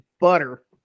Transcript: butter